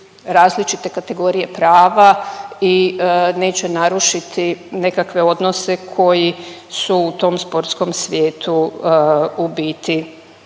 različite kategorije prava i neće narušiti nekakve odnose koji su u tom sportskom svijetu u biti